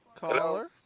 Caller